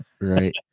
Right